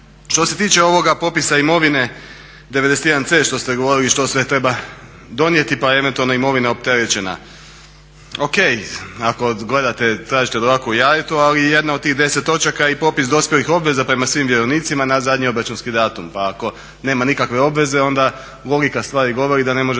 što se tiče ovoga popisa imovine 91c što ste govorili i što sve treba donijeti pa eventualno je imovina opterećena. O.k. ako tražite dlaku u jajetu ali jedna od tih 10 točaka i popis dospjelih obveza prema svim vjerovnicima na zadnji obračunski datum pa ako nema nikakve obveze onda logika stvari govori da ne možete